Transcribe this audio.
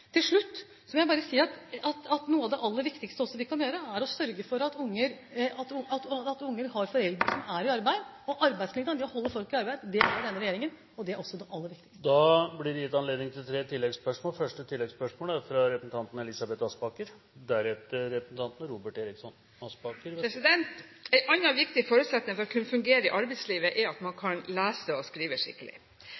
Til slutt må jeg bare si at noe av det aller viktigste som vi kan gjøre, er å sørge for at unger har foreldre som er i arbeid. Arbeidslinjen, det å holde folk i arbeid, støtter denne regjeringen, og det er også det aller viktigste. Det blir gitt anledning til tre oppfølgingsspørsmål – først representanten Elisabeth Aspaker. En annen viktig forutsetning for å kunne fungere i arbeidslivet er at man